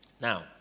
Now